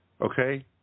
Okay